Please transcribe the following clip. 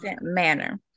manner